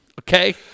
okay